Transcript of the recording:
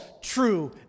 true